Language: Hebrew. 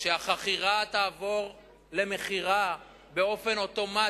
כשהחכירה תעבור למכירה באופן אוטומטי,